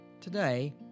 Today